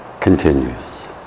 continues